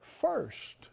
first